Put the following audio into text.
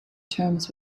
terms